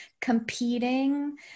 competing